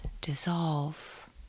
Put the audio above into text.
dissolve